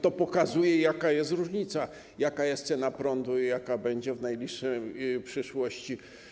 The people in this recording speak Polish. To pokazuje, jaka jest różnica, jaka jest cena prądu i jaka będzie w najbliższej przyszłości.